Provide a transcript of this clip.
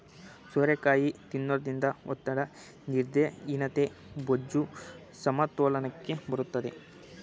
ಸೋರೆಕಾಯಿ ತಿನ್ನೋದ್ರಿಂದ ಒತ್ತಡ, ನಿದ್ರಾಹೀನತೆ, ಬೊಜ್ಜು, ಸಮತೋಲನಕ್ಕೆ ಬರುತ್ತದೆ